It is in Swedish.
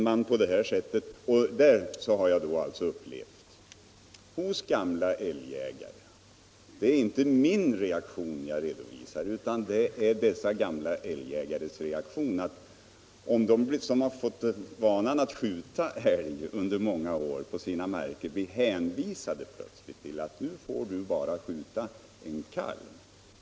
Jag har alltså upplevt den reaktionen hos gamla älgjägare — det är inte min reaktion jag redovisar utan dessa gamla älgjägares reaktion — som tidigare har fått skjuta älg på sina marker och plötsligt blir hänvisade till att bara få skjuta en kalv.